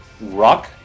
rock